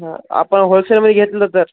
हां आपण होलसेलमध्ये घेतलं तर